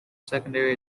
secondary